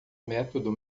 método